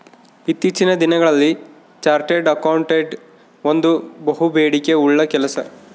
ಇತ್ತೀಚಿನ ದಿನಗಳಲ್ಲಿ chartered accountant ಒಂದು ಬಹುಬೇಡಿಕೆ ಉಳ್ಳ ಕೆಲಸ